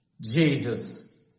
Jesus